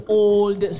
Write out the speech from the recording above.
old